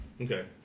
Okay